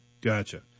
Gotcha